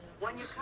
when you